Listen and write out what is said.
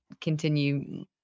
continue